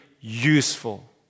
useful